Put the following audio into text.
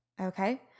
okay